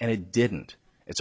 and it didn't it's